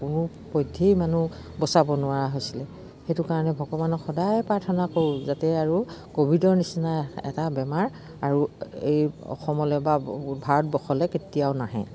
কোনোপধ্য়েই মানুহ বচাব নোৱাৰা হৈছিলে সেইটো কাৰণে ভগৱানক সদায় প্ৰাৰ্থনা কৰোঁ যাতে আৰু ক'ভিডৰ নিচিনা এটা বেমাৰ আৰু এই অসমলৈ বা ভাৰতবৰ্ষলৈ কেতিয়াও নাহে